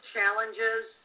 Challenges